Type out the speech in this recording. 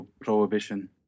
prohibition